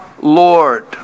Lord